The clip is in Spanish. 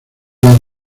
las